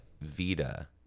Vita